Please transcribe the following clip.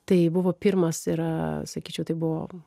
tai buvo pirmas yra sakyčiau tai buvo